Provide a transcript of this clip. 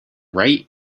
right